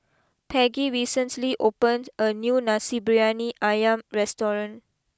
Peggy recently opened a new Nasi Briyani Ayam restaurant